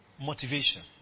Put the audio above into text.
motivation